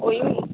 आंय